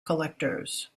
collectors